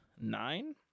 nine